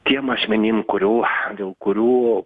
tiem asmenim kurių dėl kurių